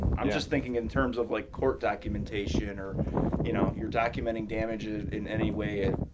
i'm just thinking in terms of like court documentation or you know you're documenting damages in any way. ah